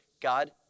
God